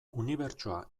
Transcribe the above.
unibertsoa